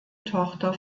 tochter